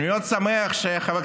אני פונה לחברי